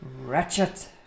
Ratchet